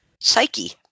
psyche